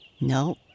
No